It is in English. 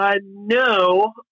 no